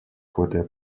хватая